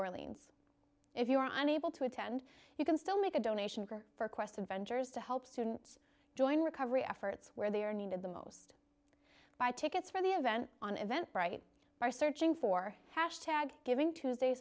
orleans if you are unable to attend you can still make a donation for quest adventures to help students join recovery efforts where they are needed the most by tickets for the event on event brite by searching for hash tag giving tuesday